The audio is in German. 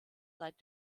seit